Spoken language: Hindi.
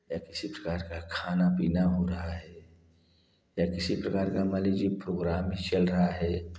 या किसी प्रकार का खाना पीना हो रहा है या किसी प्रकार का मान लीजिए प्रोग्राम चल रहा है